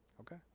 Okay